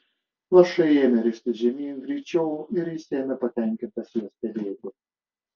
lašai ėmė ristis žemyn greičiau ir jis ėmė patenkintas juos stebėti